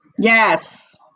Yes